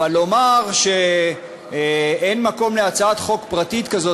אבל לומר שאין מקום להצעת חוק פרטית כזאת